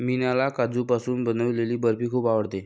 मीनाला काजूपासून बनवलेली बर्फी खूप आवडते